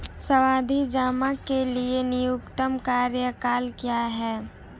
सावधि जमा के लिए न्यूनतम कार्यकाल क्या है?